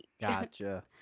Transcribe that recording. gotcha